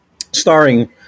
starring